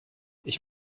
ich